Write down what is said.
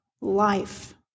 life